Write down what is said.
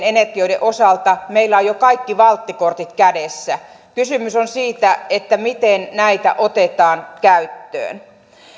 energioiden osalta meillä on jo kaikki valttikortit kädessä kysymys on siitä miten näitä otetaan käyttöön